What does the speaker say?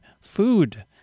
food